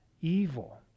evil